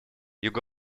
юго